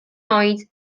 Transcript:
oed